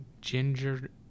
ginger